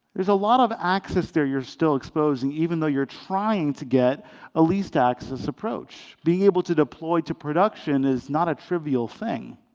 there's a lot of access that you're still exposing, even though you're trying to get a least access approach. being able to deploy to production is not a trivial thing.